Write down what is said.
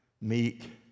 meek